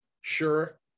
sure